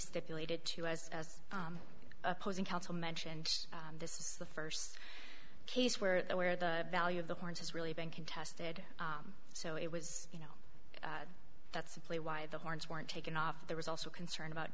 stipulated to as as opposing counsel mentioned this is the first case where the where the value of the horns has really been contested so it was you know that simply why the horns weren't taken off there was also concern about